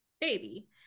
baby